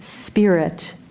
spirit